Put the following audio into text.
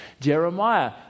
Jeremiah